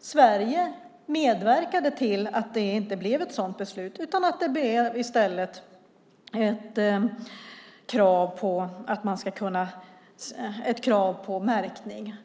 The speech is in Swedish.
Sverige medverkade till att det inte blev något sådant beslut, utan i stället ett krav på märkning.